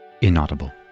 inaudible